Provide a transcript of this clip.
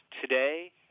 today